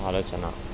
ఆలోచన